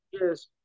Yes